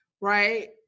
Right